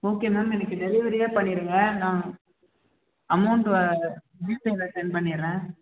okay ma'am எனக்கு டெலிவரியே பண்ணிவிடுங்க நான் அமௌண்ட்டை ஜி பேல சென்ட் பண்ணிடுறேன்